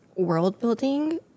Worldbuilding